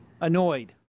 annoyed